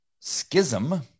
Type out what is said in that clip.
schism